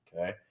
Okay